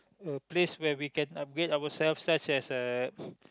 a place where we can upgrade ourselves such as uh